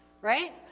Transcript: right